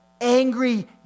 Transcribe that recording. angry